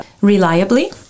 reliably